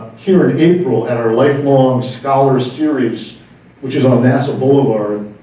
here in april at our lifelong scholar series which is on nasa boulevard.